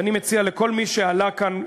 ואני מציע לכל מי שעלה כאן,